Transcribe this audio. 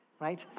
right